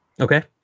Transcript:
Okay